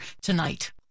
tonight